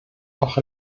auch